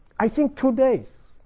i think two days.